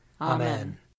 Amen